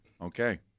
Okay